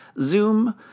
Zoom